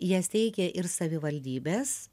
jas teikia ir savivaldybės